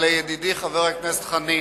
אבל לידידי חבר הכנסת חנין,